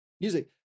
music